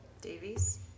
Davies